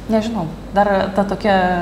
nežinau dar ta tokia